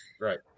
Right